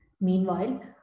Meanwhile